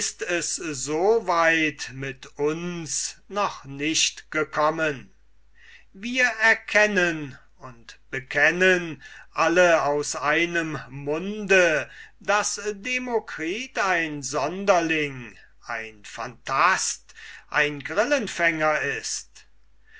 es so weit mit uns noch nicht gekommen wir erkennen und bekennen alle aus einem munde daß demokritus ein sonderling ein phantast ein grillenfänger ist